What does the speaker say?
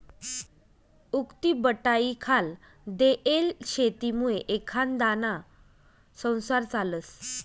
उक्तीबटाईखाल देयेल शेतीमुये एखांदाना संसार चालस